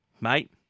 Mate